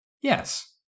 Yes